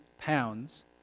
pounds